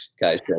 guys